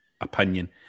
opinion